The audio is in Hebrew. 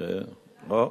הצעה רגילה, לא.